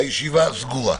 הישיבה נעולה.